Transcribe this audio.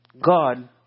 God